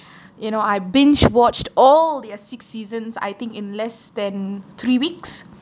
you know I binge watched all their six seasons I think in less than three weeks